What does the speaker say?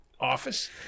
office